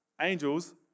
Angels